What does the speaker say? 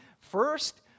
First